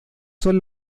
son